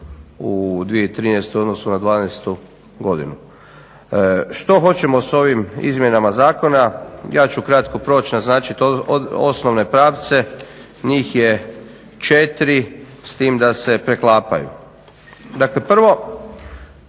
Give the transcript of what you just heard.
u 2013. u odnosu na 2012. godinu. Što hoćemo s ovim izmjenama zakona? Ja ću kratko proći, naznačit osnovne pravce, njih je četiri, s tim da se preklapaju. Dakle prvo,